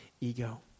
ego